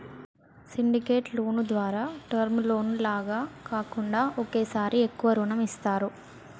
syndicated loan ద్వారా term loan లాగా కాకుండా ఒకేసారి ఎక్కువ రుణం ఇస్తారు